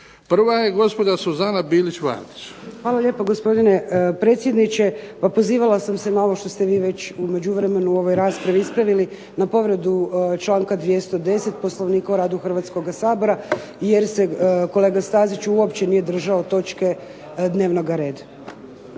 **Bilić Vardić, Suzana (HDZ)** Hvala lijepo gospodine predsjedniče. Pa pozivala sam se na ovo što ste vi već u međuvremenu u ovoj raspravi ispravili, na povredu članka 210. Poslovnika o radu Hrvatskoga sabora, jer se kolega Stazić uopće nije držao točke dnevnoga reda.